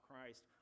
Christ